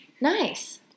Nice